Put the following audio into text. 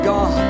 God